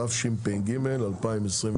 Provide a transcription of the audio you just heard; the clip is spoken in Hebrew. התשפ"ג-2023.